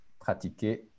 Pratiquer